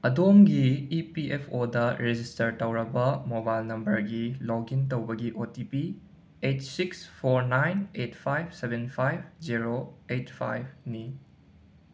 ꯑꯗꯣꯝꯒꯤ E P F O register ꯇꯧꯔꯕ mobile ꯅꯝꯕꯔꯒꯤ ꯂꯣꯒꯏꯟ ꯇꯧꯕꯒꯤ O T P eight six four nine eight five seven five zero eight five ꯅꯤ